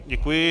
Děkuji.